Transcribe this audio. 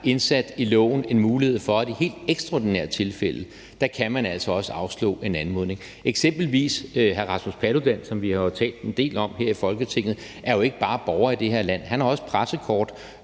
indsat i loven en mulighed for i helt ekstraordinære tilfælde at afslå en anmodning. Eksempelvis kan jeg nævne hr. Rasmus Paludan, som vi har talt en del om her i Folketinget. Han er jo ikke bare borger i det her land. Han har også pressekort,